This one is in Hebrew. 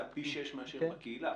זה פי שישה מאשר בקהילה.